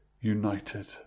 united